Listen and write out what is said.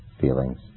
feelings